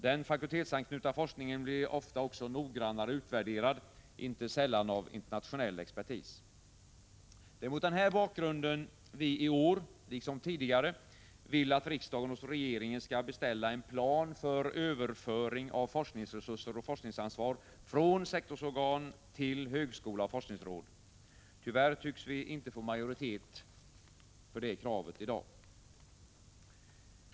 Den fakultetsanknutna forskningen blir ofta också noggrannare utvärderad — inte sällan av internationell expertis. Det är mot den här bakgrunden som vi i år — liksom tidigare — vill att riksdagen hos regeringen skall beställa en plan för överföring av forskningsresurser och forskningsansvar från sektorsorgan till högskola och forskningsråd. Tyvärr tycks vi inte få majoritet för det kravet i dag.